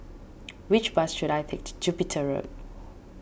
which bus should I take to Jupiter Road